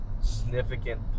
significant